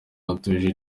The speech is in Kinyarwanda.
atuje